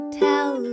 tell